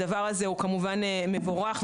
הדבר הזה הוא מבורך, כמובן.